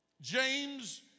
James